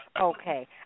Okay